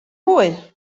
mwy